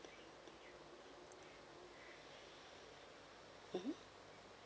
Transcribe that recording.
mmhmm